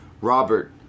Robert